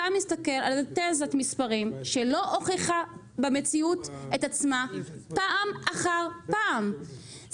אתה מסתכל על תזת מספרים שלא הוכיחה במציאות את עצמה פעם אחר פעם,